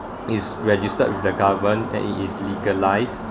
is registered with the government that it is legalised